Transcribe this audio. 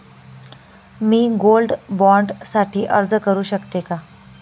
मी gold bond साठी अर्ज करु शकते का?